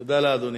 תודה לאדוני.